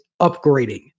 upgrading